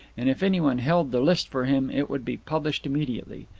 and if anyone held the list for him it would be published immediately.